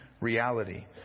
reality